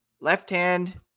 left-hand